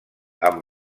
amb